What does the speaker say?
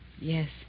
Yes